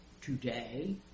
today